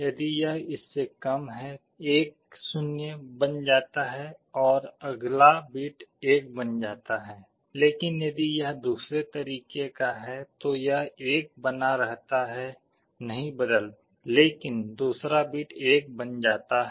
यदि यह इससे कम है 1 0 बन जाता है और अगला बिट 1 बन जाता है लेकिन यदि यह दूसरे तरीके का है तो यह 1 बना रहता है नहीं बदलता लेकिन दूसरा बिट 1 बन जाता है